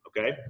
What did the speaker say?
Okay